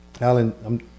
Alan